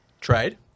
trade